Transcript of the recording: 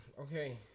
Okay